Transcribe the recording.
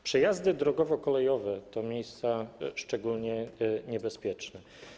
Przejazdy drogowo-kolejowe to miejsca szczególnie niebezpieczne.